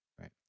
Right